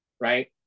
right